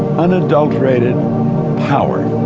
unadulterated power.